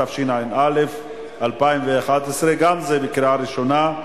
התשע"א 2011, גם זה לקריאה ראשונה.